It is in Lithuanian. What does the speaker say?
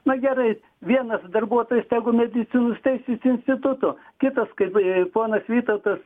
na gerai vienas darbuotojas tegu medicinos teisės instituto kitas kaip ponas vytautas